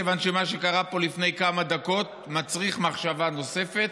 כיוון שמה שקרה פה לפני כמה דקות מצריך מחשבה נוספת,